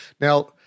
Now